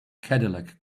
cadillac